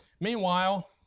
Meanwhile